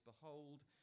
Behold